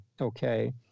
okay